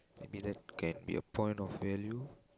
maybe that can be a point of value